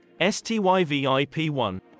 STYVIP1